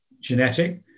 genetic